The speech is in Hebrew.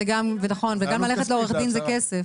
וגם ללכת לעורך דין זה כסף.